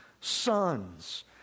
sons